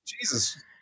Jesus